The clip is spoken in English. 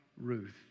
Ruth